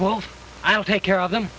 well i don't take care of them